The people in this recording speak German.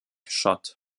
schott